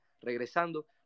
regresando